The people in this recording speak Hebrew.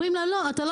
אומרים לו: לא תקבל.